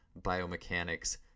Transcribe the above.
biomechanics